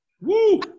Woo